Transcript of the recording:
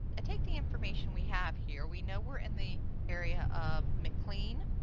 i take the information we have here. we know we are in the area of maclean,